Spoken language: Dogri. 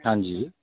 आं जी